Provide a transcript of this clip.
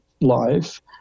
life